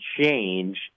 change